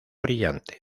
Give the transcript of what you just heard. brillante